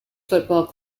football